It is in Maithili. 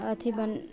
अथि बन